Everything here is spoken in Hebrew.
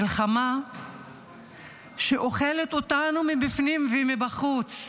מלחמה שאוכלת אותנו מבפנים ומבחוץ.